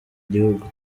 gihugu